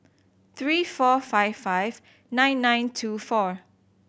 three four five five nine nine two four